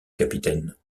capitaine